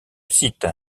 site